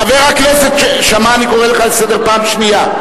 חבר הכנסת שאמה, אני קורא אותך לסדר פעם שנייה.